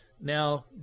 now